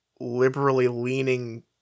liberally-leaning